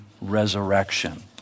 resurrection